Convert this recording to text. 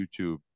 YouTube